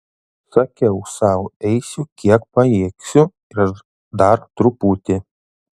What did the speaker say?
sakiau sau eisiu kiek pajėgsiu ir dar truputį